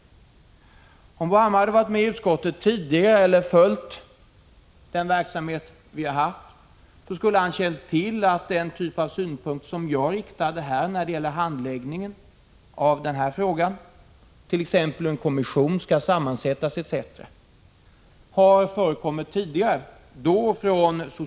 1985/86:146 Om Bo Hammar hade suttit med i utskottet tidigare eller följt vår 21 maj 1986 ksamhet där, skulle han ha känt till att den t; kt 3 REON GRE KARNA verksamhet där, skulle han ha kant tll a 'en typ av synpunkter som jag har Granskning av statsrå har framfört på handläggningen av frågan, t.ex. hur en kommission skall d En t sammansättas, tidigare har framförts från socialdemokrater i utskottet.